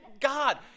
God